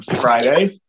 Friday